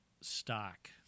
stock